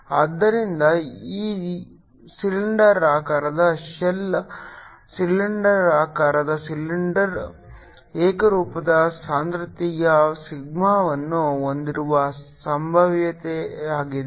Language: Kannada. ಆದ್ದರಿಂದ ಈ ಸಿಲಿಂಡರಾಕಾರದ ಶೆಲ್ ಸಿಲಿಂಡರಾಕಾರದ ಸಿಲಿಂಡರ್ ಏಕರೂಪದ ಸಾಂದ್ರತೆಯ ಸಿಗ್ಮಾವನ್ನು ಹೊಂದಿರುವ ಸಂಭಾವ್ಯತೆಯಾಗಿದೆ